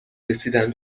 رسیدن